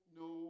no